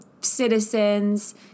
citizens